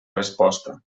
resposta